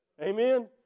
Amen